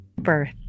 Birth